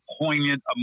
poignant